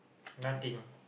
nothing